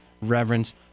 reverence